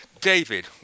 David